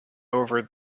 over